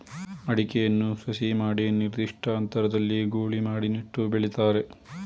ಅಡಿಕೆಯನ್ನು ಸಸಿ ಮಾಡಿ ನಿರ್ದಿಷ್ಟ ಅಂತರದಲ್ಲಿ ಗೂಳಿ ಮಾಡಿ ನೆಟ್ಟು ಬೆಳಿತಾರೆ